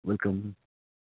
welcome